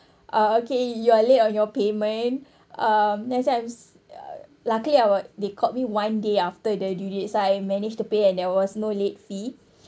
uh okay you are late on your payment uh then say I'm uh luckily I they called me one day after the due date so I managed to pay and there was no late fee